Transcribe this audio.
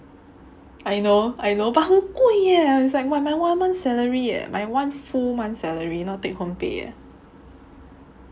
I know I know but 很贵 eh it's like my one month salary eh at my one full month salary not take home pay eh